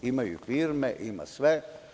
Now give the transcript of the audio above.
Imaju i firme, ima sve.